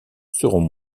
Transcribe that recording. seront